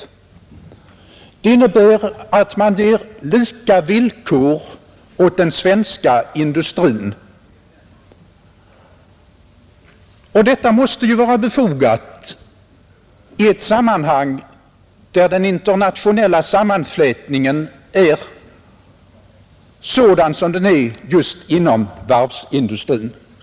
Det innebär att man ger den svenska industrin lika villkor, något som vi ansåg vara befogat i ett sammanhang där den internationella sammanflätningen är sådan som den är just inom varvsindustrin.